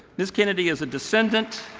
miss kennedy is a descendent